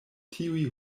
tiuj